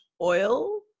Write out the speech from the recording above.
oil